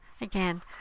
again